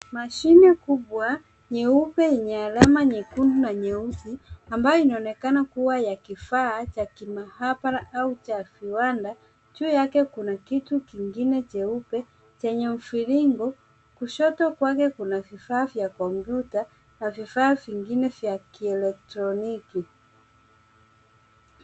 Mashine kubwa nyeupe enye alama nyekundu na nyeusi ambayo inaonekana kuwa ya kifaa cha kimaabara au cha kiwanda. Juu yake kuna kitu kingine cheupe cheney mviringo. Kushoto kwake kuna vifaa vya kompyuta na vifaa vingie vya kielektroniki.